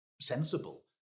sensible